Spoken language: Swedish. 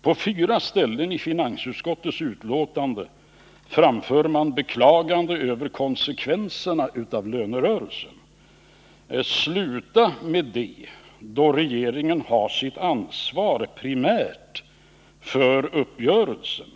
På fyra ställen i finansutskottets betänkande framför man beklagande över konsekvenserna av lönerörelsen. Sluta med det! Regeringen har ändå primärt sitt ansvar för uppgörelsen.